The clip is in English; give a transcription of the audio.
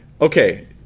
Okay